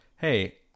Hey